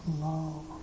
love